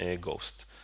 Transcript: ghost